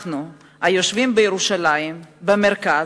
אנחנו, היושבים בירושלים, במרכז,